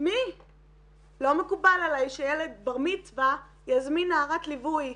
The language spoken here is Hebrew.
זה כלי טיפולי והוא מאוד טעים.